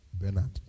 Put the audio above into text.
Bernard